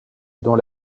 dont